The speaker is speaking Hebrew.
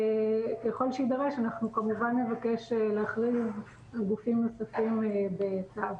וככל שיידרש אנחנו כמובן נבקש להכריז על גופים נוספים בצו.